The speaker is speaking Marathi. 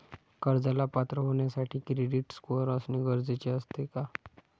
कर्जाला पात्र होण्यासाठी क्रेडिट स्कोअर असणे गरजेचे असते का?